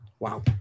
wow